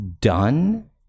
done